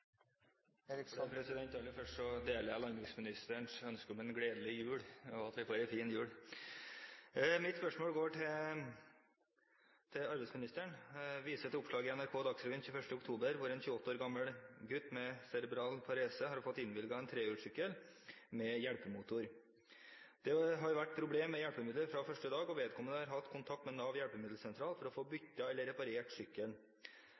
Aller først deler jeg landbruksministerens ønske om en gledelig jul, at vi får en fin jul. Mitt spørsmål går til arbeidsministeren: «Jeg viser til oppslag i NRK Dagsrevyen 21. oktober hvor en 28 år gammel gutt med cerebral parese har fått innvilget en trehjulssykkel med hjelpemotor. Det har vært problemer med hjelpemidlet fra første dag, og vedkommende har tatt kontakt med Nav Hjelpemiddelsentral for å få